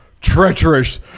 treacherous